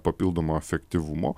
papildomo efektyvumo